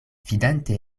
vidante